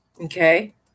Okay